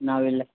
novel